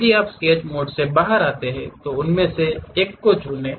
यदि आप sketch mode से बाहर आते हैं तो उनमें से एक को चुनें